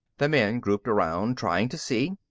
the men grouped around, trying to see.